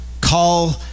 Call